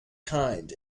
kind